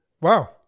Wow